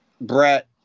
Brett